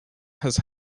has